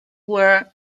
were